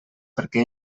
perquè